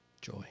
joy